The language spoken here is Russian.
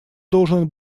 должен